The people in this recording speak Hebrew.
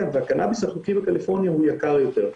והקנאביס החוקי בקליפורניה הוא יקר יותר.